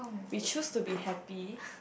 we choose to be happy